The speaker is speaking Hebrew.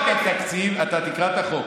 אתה תקרא את החוק.